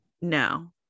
No